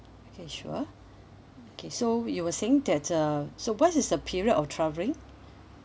okay sure okay so you were saying that uh so what is the period of travelling